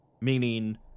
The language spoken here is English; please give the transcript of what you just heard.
meaning